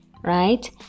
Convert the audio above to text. right